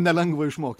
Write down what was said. nelengva išmokt